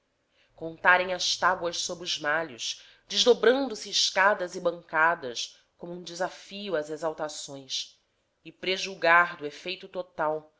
cantarem as tábuas sob os malhos desdobrando se escadas e bancadas como um desafio às exaltações e prejulgar do efeito total